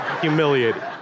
humiliated